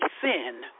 sin